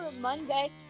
Monday